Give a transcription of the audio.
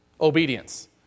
obedience